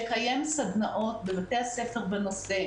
לקיים סדנאות בבתי הספר בנושא,